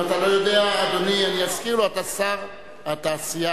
אם אתה לא יודע, אתה שר התעשייה,